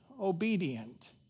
obedient